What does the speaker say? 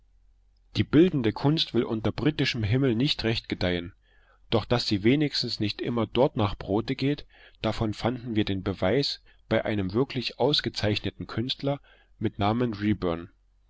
die bildende kunst will unter britischem himmel nicht recht gedeihen doch daß sie wenigstens nicht immer dort nach brote geht davon fanden wir den beweis bei einem wirklich ausgezeichneten künstler mit namen